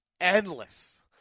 endless